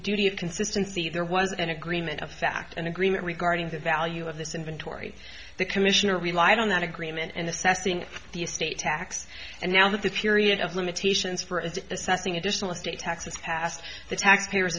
duty of consistency there was an agreement of fact and agreement regarding the value of this inventory the commissioner relied on that agreement and assessing the estate tax and now that the period of limitations for a assessing additional estate taxes passed the taxpayer